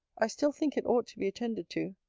i still think it ought to be attended to.